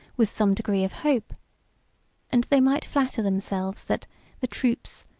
with some degree of hope and they might flatter themselves, that the troops,